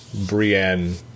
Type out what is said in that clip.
Brienne